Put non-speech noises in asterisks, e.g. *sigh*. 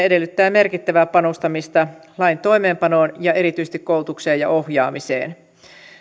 *unintelligible* edellyttää merkittävää panostamista lain toimeenpanoon ja erityisesti koulutukseen ja ohjaamiseen